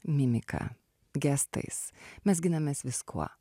mimika gestais mes ginamės viskuo